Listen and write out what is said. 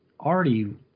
already